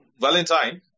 Valentine